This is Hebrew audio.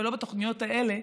ולא בתוכניות האלה,